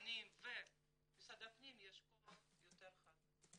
רבנים ומשרד הפנים יש כוח יותר חזק.